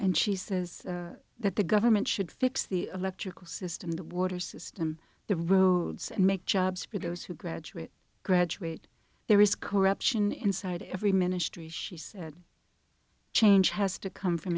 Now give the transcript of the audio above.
and she says that the government should fix the electrical system the water system the roads and make jobs for those who graduate graduate there is corruption inside every ministry she said change has to come from